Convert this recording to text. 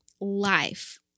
life